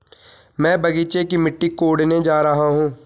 मैं बगीचे की मिट्टी कोडने जा रहा हूं